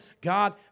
God